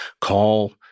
call